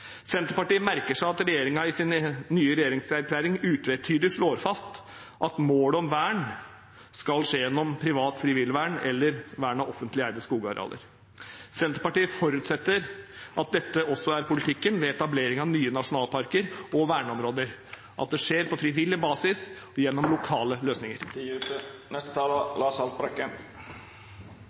Senterpartiet merker seg at regjeringen i sin nye regjeringserklæring utvetydig slår fast at målet om vern skal skje gjennom privat frivillig vern eller gjennom vern av offentlig eide skogarealer. Senterpartiet forutsetter at dette også er politikken ved etablering av nye nasjonalparker og verneområder, og at det skjer på frivillig basis, gjennom lokale løsninger.